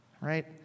right